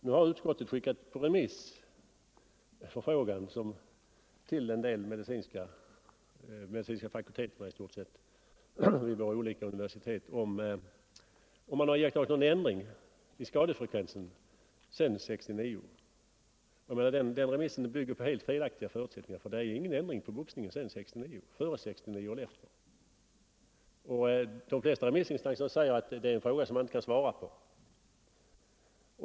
Nu har utskottet remitterat ärendet till de medicinska fakulteterna vid olika universitet med förfrågan om ändringar kunnat iakttas i skadefrekvensen sedan 1969. Remissen bygger på rent felaktiga förutsättningar, då det ju inte skett någon förändring inom boxningen efter 1969. De flesta remissinstanser säger att det är en fråga som man inte kan svara på.